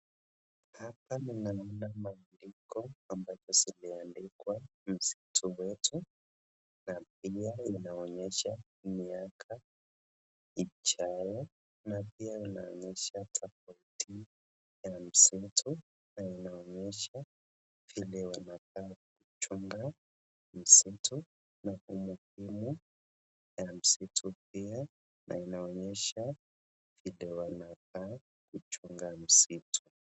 Hapa kuna maandiko ambayo zimeandikwa Msitu Wetu. Na pia inaonyesha miaka ijayo. Na pia inaonyesha tofauti ya msitu na inaonyesha vile wanakaa kuchunga msitu na umuhimu ya msitu pia. Na inaonyesha vile wanafa kuchunga msitu.